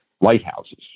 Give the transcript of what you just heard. lighthouses